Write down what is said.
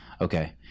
Okay